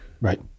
Right